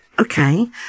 Okay